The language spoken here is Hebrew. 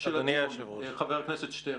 של הדיון, חבר הכנסת שטרן.